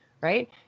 Right